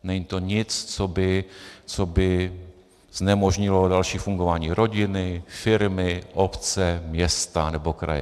Není to nic, co by znemožnilo další fungování rodiny, firmy, obce, města nebo kraje.